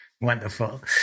Wonderful